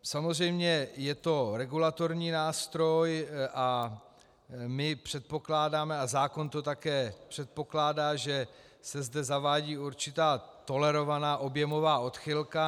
Samozřejmě, je to regulatorní nástroj a my předpokládáme, a zákon to také předpokládá, že se zde zavádí určitá tolerovaná objemová odchylka.